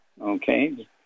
Okay